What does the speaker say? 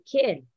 kid